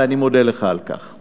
ואני מודה לך על כך.